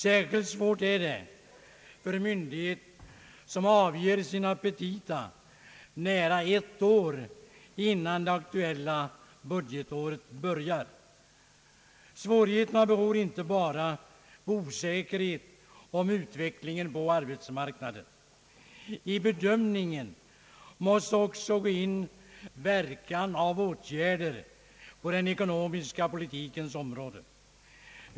Särskilt svårt är det för myndighet som avger sina petita nära ett år innan det aktuella budgetåret börjar. Svårigheterna beror inte bara på osäkerhet om utvecklingen på arbetsmarknaden. I bedömningen måste också ingå verkan av åtgärder på den ekonomiska politikens område.